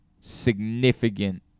significant